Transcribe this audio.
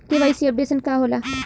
KYC updation का होला?